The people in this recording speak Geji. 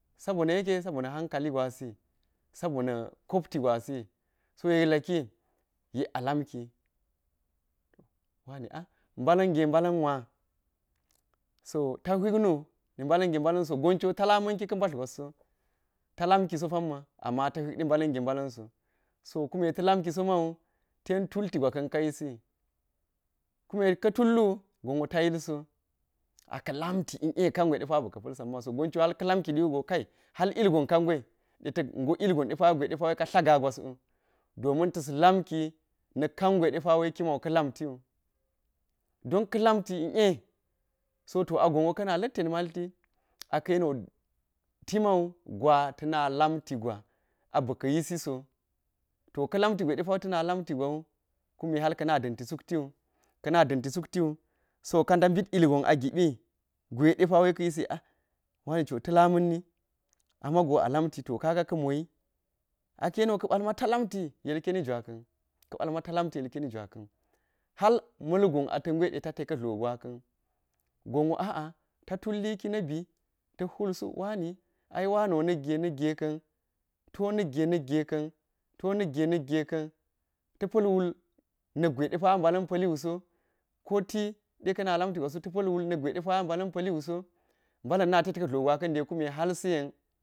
Sabona yekke, sabona̱ ha̱nka̱li gwasi sabona kopti gwasi, so yeeklaki yeka lamki, wani a ba̱la̱n ge balanso, goncho ta̱ la̱manki ka̱ mba̱r gwasso. Ta̱ lamkiso amma ta̱ huikɗe bala̱n ge bala̱nso, so kume ta̱ lamkiso ma̱ ten tutti gwa̱ka̱n ka̱ yisi kume katullu gonwo tawulso, aka̱ la̱mti i a kangwai bika̱ pa̱l sa̱nma̱ sowu goncho ha̱r ka̱lam kiliwucho kai har ilgon ka̱ gwai ɗe tlagagwas latu. Domin ta̱s lamki, na̱k ka̱ngwai ɗepa̱wa̱i kimau ka lamtiwu, don ka̱ lamti la, so. To gonwo kana̱ la̱tte ma̱lti a̱ka̱ yeniwo tima̱u gwa̱ ta̱na̱ lamti gwa̱ abika̱ yisiso, to ka̱ lamti gwai ta̱na̱ lamti gwa̱wu kume ha̱r ka̱na̱ da̱nti suktiwu ka̱na̱ danti suktiwu so ka̱da̱ bit itgwai ilgon a gibi gwaiɗepa̱ taa yisi wa̱ni cho ta̱ lamanni ama̱go alamti, to ḵaga̱ ka̱ moyi, aka̱ yeniwo ka̱ pa̱lma̱ta lamti ilkeni gwa̱ka̱n, ka̱ pa̱lma̱ lamti ilkeni jwa̱ka̱n, har ma̱lgo ata̱ gweɗe ata̱ te ka̱ tlo gwakan, gonwo a, a, ta̱ tulikki na bi, ta̱k hul suk wa̱ni, ai wa̱niwo na̱kge na̱legeka̱n, to na̱kge na̱kgeka̱n, to nakge nakgeka̱n, ta̱pa̱l wul, na gwai depa̱ a ba̱la̱n pa̱liuso, kotiɗe ka̱ṉa lamti gwaswu ta̱pa̱l wel nak gwa̱iɗepa̱ a ba̱la̱n pa̱liuso, bala̱n na tetka̱ tlo gwa̱ka̱n dai kume har sa̱ye.